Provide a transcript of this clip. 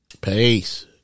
Peace